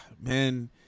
man